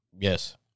Yes